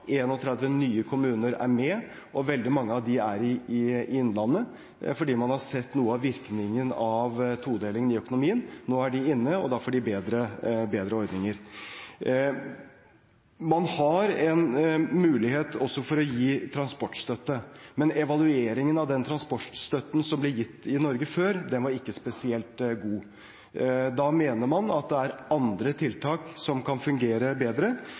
nye kommuner er med, og veldig mange av dem er i innlandet, fordi man har sett noe av virkningen av todelingen i økonomien. Nå er de inne, og da får de bedre ordninger. Man har også en mulighet til å gi transportstøtte, men evalueringen av den transportstøtten som ble gitt i Norge før, viste at den ikke var spesielt god. Man mener at det er andre tiltak som kan fungere bedre.